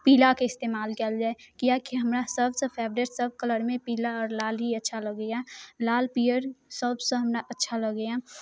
पीलाके इस्तेमाल कयल जाए किआकि हमरा सभ से फेवरेट सभ कलरमे पीला आओर लाल ही अच्छा लगैया लाल पीयर सभ से हमरा अच्छा लगैया